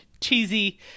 cheesy